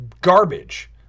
garbage